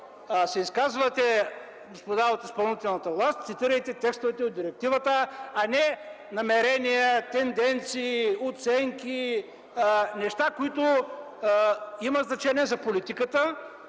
се изказвате, господа от изпълнителната власт, цитирайте текстовете от директивата, а не намерения, тенденции, оценки – неща, които имат значение за политиката,